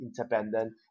independent